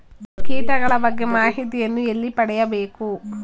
ಕೀಟಗಳ ಬಗ್ಗೆ ಮಾಹಿತಿಯನ್ನು ಎಲ್ಲಿ ಪಡೆಯಬೇಕು?